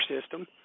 system